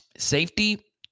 Safety